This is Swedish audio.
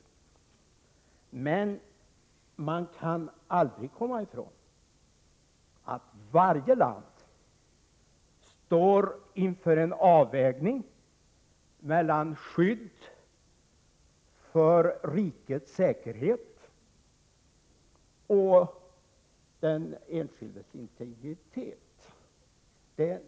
Man kan aldrig komma ifrån att varje land står inför en avvägning mellan skydd för rikets säkerhet och den enskildes integritet.